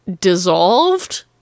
dissolved